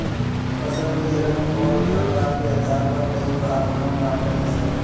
फसल के रंग अउर आकार के आधार पर कई भाग में बांटल जाला